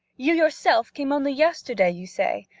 you yourself came only yesterday, you say?